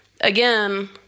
again